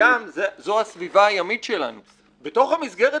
ובתוך המסגרת